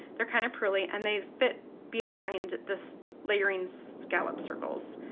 they're kind of pearly and they fit behind this layering scalloped circles.